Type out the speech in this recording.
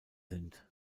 sind